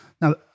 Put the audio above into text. Now